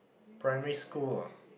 primary school ah